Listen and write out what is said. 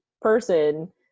person